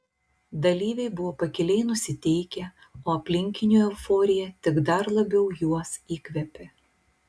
dalyviai buvo pakiliai nusiteikę o aplinkinių euforija tik dar labiau juos įkvėpė